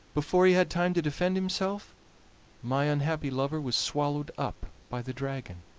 before he had time to defend himself my unhappy lover was swallowed up by the dragon.